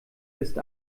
ist